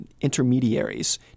intermediaries